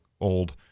old